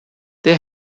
they